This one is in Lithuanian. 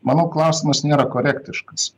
manau klausimas nėra korektiškas